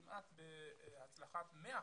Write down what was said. הצלחה של כמעט 100 אחוזים,